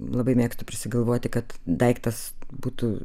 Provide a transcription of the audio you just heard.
labai mėgstu prisigalvoti kad daiktas būtų